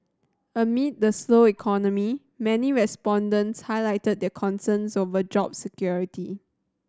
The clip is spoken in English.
amid the slow economy many respondents highlighted the concerns over job security